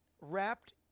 wrapped